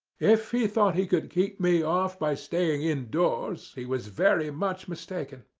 if he thought he could keep me off by staying indoors he was very much mistaken.